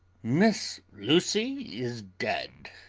miss lucy is dead